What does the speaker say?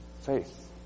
faith